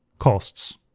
costs